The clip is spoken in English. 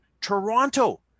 toronto